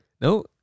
No